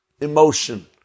emotion